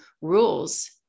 rules